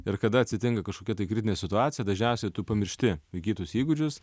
ir kada atsitinka kažkokia tai kritinė situacija dažniausiai tu pamiršti įgytus įgūdžius